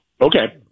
Okay